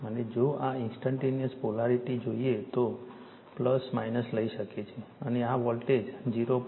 અને જો આ ઇન્સ્ટન્ટેનીઅસ પોલારિટી જોઈએ છે તો લઈ શકે છે અને આ વોલ્ટેજ 0